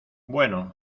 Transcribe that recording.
bueno